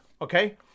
Okay